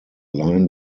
line